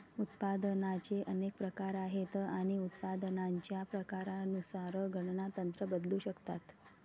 उत्पादनाचे अनेक प्रकार आहेत आणि उत्पादनाच्या प्रकारानुसार गणना तंत्र बदलू शकतात